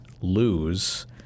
lose